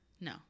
No